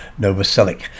Novoselic